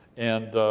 and